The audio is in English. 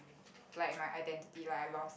like my identity like I lost